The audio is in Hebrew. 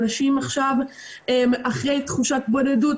האנשים עכשיו אחרי תחושת בדידות,